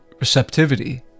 receptivity